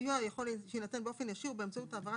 סיוע כאמור יכול שיינתן באופן ישיר באמצעות העברת